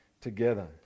together